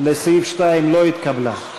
לסעיף 2 לא התקבלה.